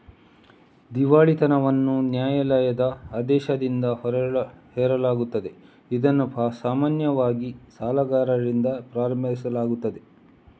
ದಿವಾಳಿತನವನ್ನು ನ್ಯಾಯಾಲಯದ ಆದೇಶದಿಂದ ಹೇರಲಾಗುತ್ತದೆ, ಇದನ್ನು ಸಾಮಾನ್ಯವಾಗಿ ಸಾಲಗಾರರಿಂದ ಪ್ರಾರಂಭಿಸಲಾಗುತ್ತದೆ